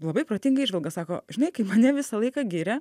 labai protinga įžvalga sako žinai kai mane visą laiką giria